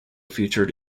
featured